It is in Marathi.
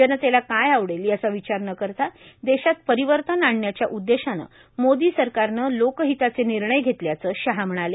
जनतेला काय आवडेल याचा विचार न करता देशात परिवर्तन आणण्याच्या उददेशानं मोदी सरकारनं लोक हिताचे निर्णय घेतल्याचं शहा म्हणाले